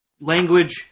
language